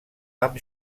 amb